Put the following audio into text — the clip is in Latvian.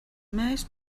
mēs